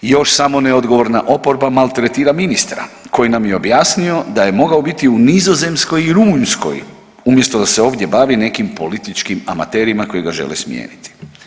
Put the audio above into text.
Još samo neodgovorna oporba maltretira ministra koji nam je objasnio da je moga biti u Nizozemskoj i Rumunjskoj umjesto da se ovdje bavi nekim političkim amaterima koji ga žele smijeniti.